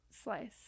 slice